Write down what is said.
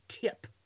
tip